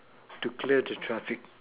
to clear the traffic